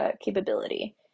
capability